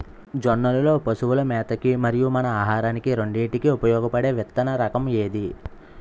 జొన్నలు లో పశువుల మేత కి మరియు మన ఆహారానికి రెండింటికి ఉపయోగపడే విత్తన రకం ఏది?